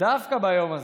ודווקא ביום הזה.